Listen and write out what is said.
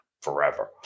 forever